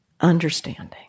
understanding